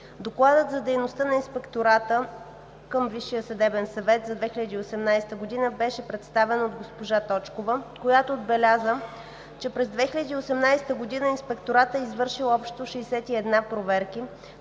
Докладът за дейността на Инспектората към Висшия съдебен съвет за 2018 г. беше представен от госпожа Теодора Точкова, която отбеляза, че през 2018 г. Инспекторатът е извършил общо 61 проверки